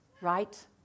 Right